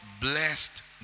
blessed